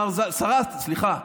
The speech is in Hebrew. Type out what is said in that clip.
סליחה,